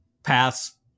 paths